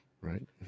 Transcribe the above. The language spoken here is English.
Right